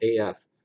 AF